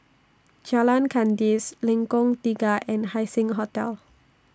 Jalan Kandis Lengkong Tiga and Haising Hotel